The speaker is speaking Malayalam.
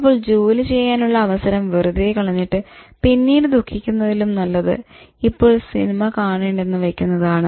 അപ്പോൾ ജോലി ചെയ്യാനുള്ള അവസരം വെറുതെ കളഞ്ഞിട്ട് പിന്നീട് ദുഖിക്കുന്നതിലും നല്ലത് ഇപ്പോൾ സിനിമ കാണേണ്ടെന്ന് വയ്ക്കുന്നതാണ്